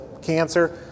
cancer